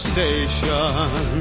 station